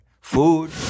Food